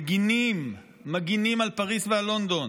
מגינים על פריז ועל לונדון,